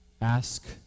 Ask